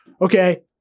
Okay